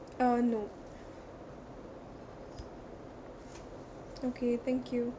uh no okay thank you